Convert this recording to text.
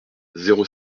zéro